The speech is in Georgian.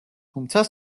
თუმცა